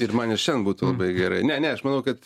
ir man ir šiandien būtų labai gerai ne ne aš manau kad